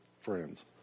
friends